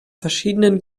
verschiedenen